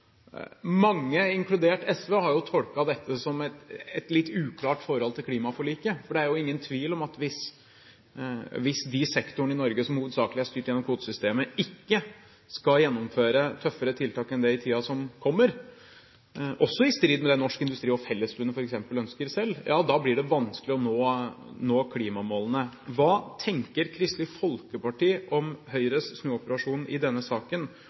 Mange, inkludert SV, har tolket dette som et litt uklart forhold til klimaforliket, for det er jo ingen tvil om at hvis de sektorene i Norge som hovedsakelig er styrt gjennom kvotesystemet, ikke skal gjennomføre tøffere tiltak enn det i tiden som kommer – noe som også er i strid med det som f.eks. Norsk Industri og Fellesforbundet selv ønsker – blir det vanskelig å nå klimamålene. Hva tenker Kristelig Folkeparti om Høyres snuoperasjon i denne saken